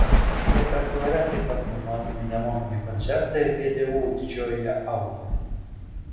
repertuare taip pat numatomi nemokami koncertai vdu didžiojoje auloje